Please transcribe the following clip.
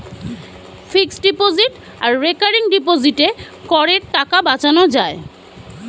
fixed deposit আর recurring ডিপোজিটে করের টাকা বাঁচানো যায়